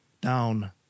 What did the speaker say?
down